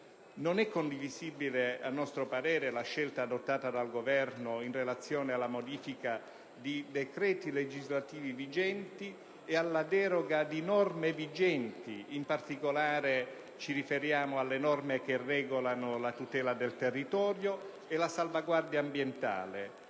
Non è condivisibile, a nostro parere, la scelta adottata dal Governo in relazione alla modifica di decreti legislativi vigenti e alla deroga di norme vigenti. In particolare, ci riferiamo alle norme che regolano la tutela del territorio e la salvaguardia ambientale